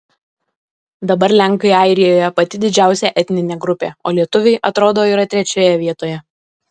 dabar lenkai airijoje pati didžiausia etninė grupė o lietuviai atrodo yra trečioje vietoje